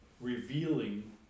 revealing